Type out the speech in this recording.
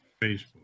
Facebook